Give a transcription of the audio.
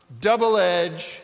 double-edged